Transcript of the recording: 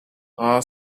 are